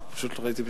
פשוט לא ראיתי פתאום,